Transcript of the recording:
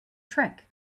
trick